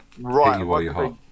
Right